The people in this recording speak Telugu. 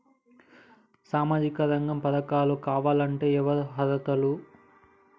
సామాజిక రంగ పథకాలు కావాలంటే ఎవరు అర్హులు?